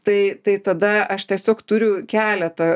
tai tai tada aš tiesiog turiu keletą